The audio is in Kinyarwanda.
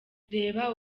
reba